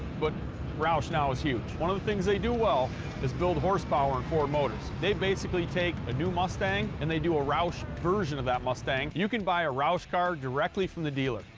but roush now is huge. one of the things they do well is build horsepower in ford motors. they basically take a new mustang, and they do a roush version of that mustang. you can buy a roush car directly from the dealer.